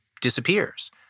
disappears